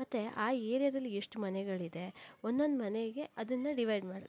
ಮತ್ತು ಆ ಏರಿಯಾದಲ್ಲಿ ಎಷ್ಟು ಮನೆಗಳಿದೆ ಒಂದೊಂದು ಮನೆಗೆ ಅದನ್ನು ಡಿವೈಡ್ ಮಾಡಿ